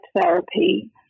therapy